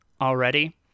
already